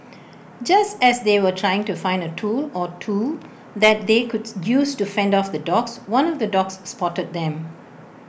just as they were trying to find A tool or two that they could use to fend off the dogs one of the dogs spotted them